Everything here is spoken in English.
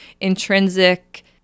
intrinsic